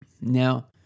Now